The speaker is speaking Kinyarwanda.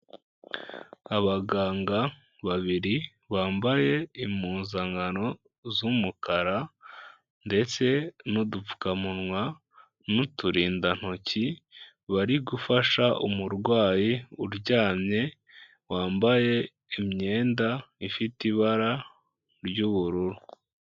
Abaganga babiri bambaye impuzankano z'umukara ndetse n'udupfukamunwa n'uturindantoki, bari gufasha umurwayi uryamye wambaye imyenda ifite ibara ry'ubururu.